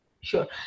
Sure